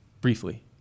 briefly